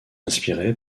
inspiré